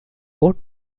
own